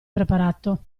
preparato